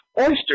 oyster